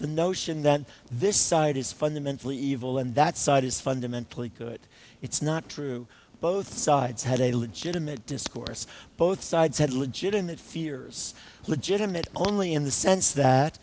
the notion that this side is fundamentally evil and that side is fundamentally good it's not true both sides had a legitimate discourse both sides had legitimate fears legitimate only in the sense that